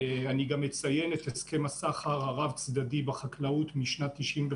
אני גם אציין את הסכם הסחר הרב-צדדי בחקלאות משנת 1995,